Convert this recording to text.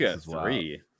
three